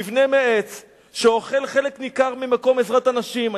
מבנה מעץ שאוכל חלק ניכר מעזרת הנשים.